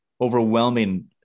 overwhelming